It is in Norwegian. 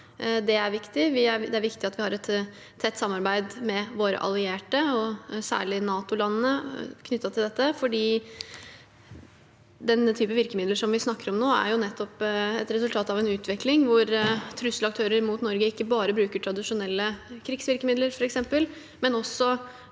Det er viktig at vi har et tett samarbeid med våre allierte, og særlig NATO-landene, knyttet til dette, for den type virkemidler som vi snakker om nå, er nettopp et resultat av en utvikling hvor trusselaktører ikke bare bruker tradisjonelle krigsvirkemidler mot Norge,